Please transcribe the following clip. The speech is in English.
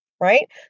right